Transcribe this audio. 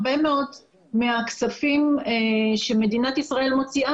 הרבה מאוד מהכספים שמדינת ישראל מוציאה